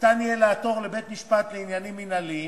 ניתן יהיה לעתור לבית-משפט לעניינים מינהליים,